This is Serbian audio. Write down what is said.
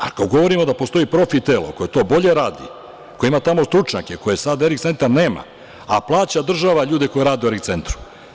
Ako govorimo da postoji profi telo koje to bolje radi, koje ima tamo stručnjake, koje sad ERIK centar nema, a plaća država ljude koji rade u ERIK centru.